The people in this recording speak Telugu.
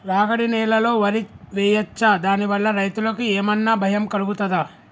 రాగడి నేలలో వరి వేయచ్చా దాని వల్ల రైతులకు ఏమన్నా భయం కలుగుతదా?